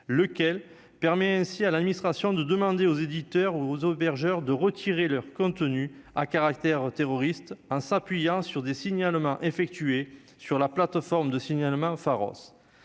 lequel permet ainsi à l'administration de demander aux éditeurs ou aux aux hébergeur de retirer leurs contenus à caractère terroriste, hein, s'appuyant sur des signalements effectués sur la plateforme de signalement Pharos,